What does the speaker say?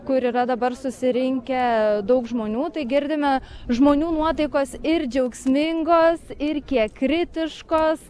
kur yra dabar susirinkę daug žmonių tai girdime žmonių nuotaikos ir džiaugsmingos ir kiek kritiškos